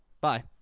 Bye